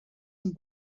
amb